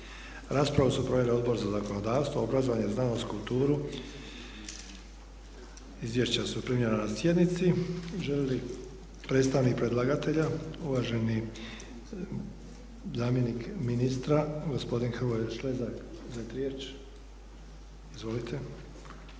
Raspravu su proveli Odbor za zakonodavstvo, obrazovanje, znanost, kulturu. Izvješća su primljena na sjednici. Želi li predstavnik predlagatelja, uvaženi zamjenik ministra gospodin Hrvoje Šlezak, uzeti riječ? Izvolite.